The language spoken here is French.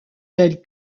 tel